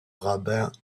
rabbin